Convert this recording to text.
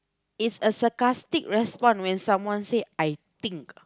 is a sarcastic respond when someone say I think